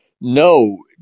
no